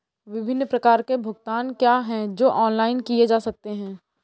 विभिन्न प्रकार के भुगतान क्या हैं जो ऑनलाइन किए जा सकते हैं?